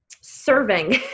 serving